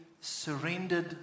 surrendered